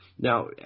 Now